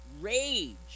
rage